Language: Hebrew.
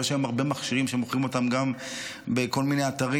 ויש היום הרבה מכשירים שמוכרים אותם בכל מיני אתרים,